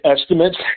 estimates